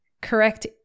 correct